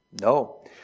No